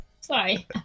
sorry